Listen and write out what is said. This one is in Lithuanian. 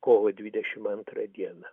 kovo dvidešimt antrą dieną